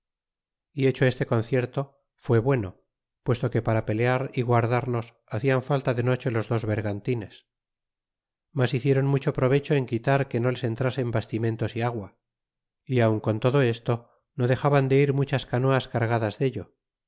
y hecho este concierto fué bueno puesto que para pelear y guardarnos hacian falta de noche los dos vergantines mas hicieron mucho provecho en quitar que no les entrasen bastimentos é agua y aun con todo esto no dexaban de ir muchas canoas cargadas dello